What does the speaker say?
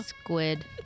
squid